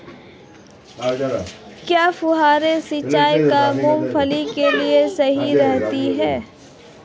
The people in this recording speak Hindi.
क्या फुहारा सिंचाई मूंगफली के लिए सही रहती है?